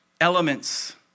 elements